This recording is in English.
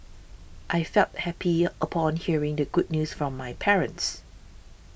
I felt happy upon hearing the good news from my parents